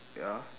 ya